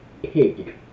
pig